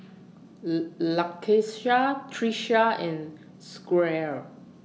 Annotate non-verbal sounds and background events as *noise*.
*hesitation* Lakeisha Trisha and Squire